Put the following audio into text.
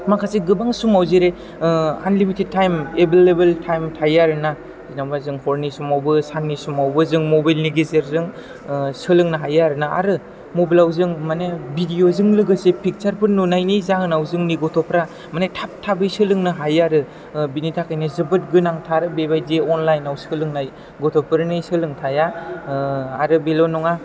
माखासे गोबां समाव जेरै ओह आनलिमिथेद थाइम एबेललेबेल थाइम थायो आरोना जेनोबा जों हरनि समावबो साननि समावबो जों मबाइलनि गेजेरजों ओह सोलोंनो हायो आरोना आरो मबाइलाव जों माने बिदिअजों लोगोसे फिखसारफोर नुनायनि जाहोनाव जोंनि गथ'फ्रा माने थाब थाबै सोलोंनो हायो आरो ओह बिनि थाखायनो जोबोर गोनांथार बेबादि अनलाइनआव सोलोंनाय गथ'फोरनि सोलोंथाया ओह आरो बेल' नङा